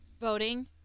Voting